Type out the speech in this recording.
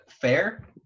fair